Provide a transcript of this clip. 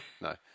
no